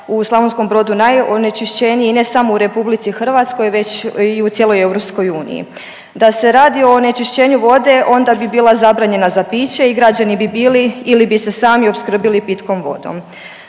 u Slavonskom Brodu najonečišćeniji ne samo u RH već i u cijeloj EU. Da se radi o onečišćenju vode onda bi bila zabranjena za piće i građani bi bili ili bi se sami opskrbili pitkom vodom.